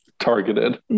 targeted